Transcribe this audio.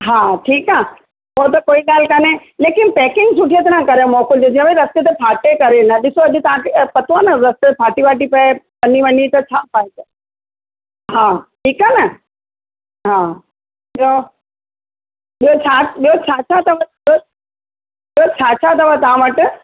हा ठीकु आहे उहा त कोई ॻाल्हि कोन्हे लेकिन पैकिंग सुठी तरह करे मोकिलजो जीअं भई रस्ते ते फाटे करे न ॾिसो तव्हांखे पतो रस्ते ते फाटी वाटी पए पन्नी वन्नी त छा फ़ाइदो हा ठीकु आहे न हा ॿियो ॿियो छा ॿियो छा छा अथव ॿियो छा छा अथव तव्हां वटि